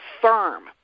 firm